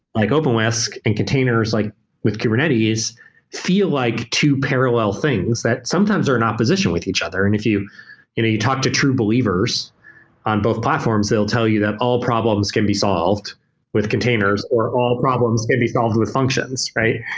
like openwhisk and containers like with kubernetes feel like two parallel things that sometimes are in opposition with each other. and if you talk to true believers on both platforms, they'll tell you that all problems can be solved with containers or all problems can be solved with with functions, right?